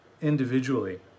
individually